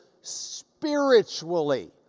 spiritually